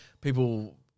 people